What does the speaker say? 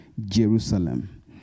Jerusalem